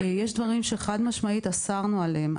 יש דברים שחד משמעית אסרנו עליהם.